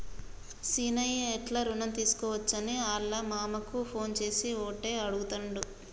సీనయ్య ఎట్లి రుణం తీసుకోవచ్చని ఆళ్ళ మామకు ఫోన్ చేసి ఓటే అడుగుతాండు